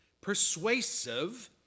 persuasive